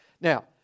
Now